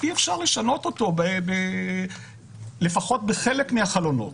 אי אפשר לשנות אותו לפחות בחלק מהחלונות,